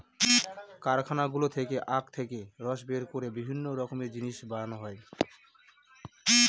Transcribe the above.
কারখানাগুলো থেকে আখ থেকে রস বের করে বিভিন্ন রকমের জিনিস বানানো হয়